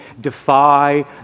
defy